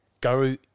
go